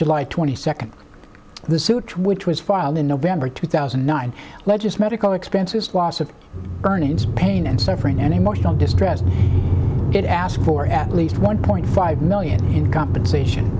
july twenty second the suit which was filed in november two thousand and nine legist medical expenses loss of earnings pain and suffering and emotional distress it asks for at least one point five million in compensation